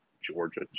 Georgia